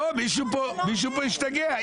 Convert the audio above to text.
מישהו כאן השתגע.